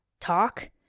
talk